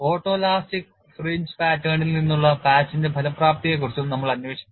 photoelastic fringe പാറ്റേണിൽ നിന്നുള്ള പാച്ചിന്റെ ഫലപ്രാപ്തിയെക്കുറിച്ചും നമ്മൾ അന്വേഷിക്കും